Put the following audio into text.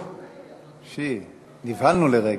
נבהלנו לרגע.